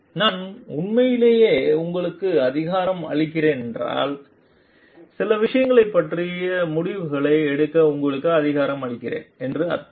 நான் உண்மையிலேயே உங்களுக்கு அதிகாரம் அளிக்கிறேன் என்றால் சில விஷயங்களைப் பற்றி முடிவுகளை எடுக்க உங்களுக்கு அதிகாரம் அளிக்கிறேன் என்று அர்த்தம்